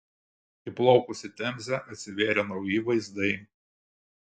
įplaukus į temzę atsivėrė nauji vaizdai